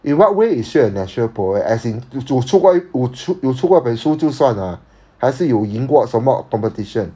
in what way is she a national poet as in 有出过一有出过本书就算 ah 还是有赢过什么 competition